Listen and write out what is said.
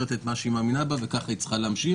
שאומרת את מה שהיא מאמינה בו וכך היא צריכה להמשיך,